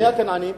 מי הכנענים?